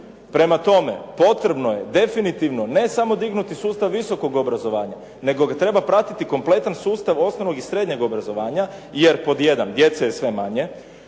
Prema tome, potrebno je definitivno ne samo dignuti sustav visokog obrazovanja, nego treba pratiti kompletan sustav osnovnog i srednjeg obrazovanja jer, pod 1, djece je sve manje,